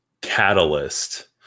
catalyst